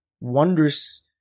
wondrous